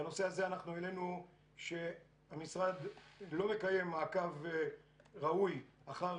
בנושא הזה העלינו שהמשרד לא מקיים מעקב ראוי אחר